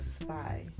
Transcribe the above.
spy